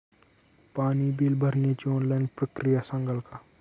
पाणी बिल भरण्याची ऑनलाईन प्रक्रिया सांगाल का?